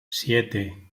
siete